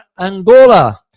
Angola